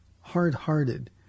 hard-hearted